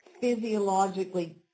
physiologically